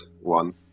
one